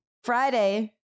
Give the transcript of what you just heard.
Friday